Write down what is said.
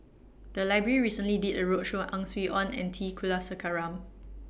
The Library recently did A roadshow on Ang Swee Aun and T Kulasekaram